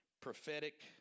Prophetic